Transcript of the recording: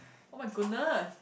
oh my goodness